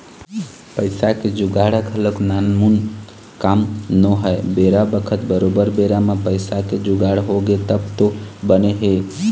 पइसा के जुगाड़ ह घलोक नानमुन काम नोहय बेरा बखत बरोबर बेरा म पइसा के जुगाड़ होगे तब तो बने हे